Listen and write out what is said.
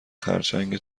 خرچنگ